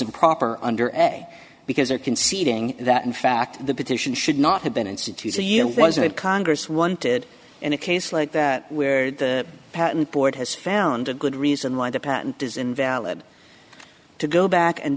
a proper under an a because they're conceding that in fact the petition should not have been instituted a year wasn't it congress wanted in a case like that where the patent board has found a good reason why the patent is invalid to go back and